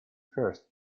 first